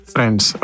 Friends